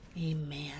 Amen